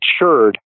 matured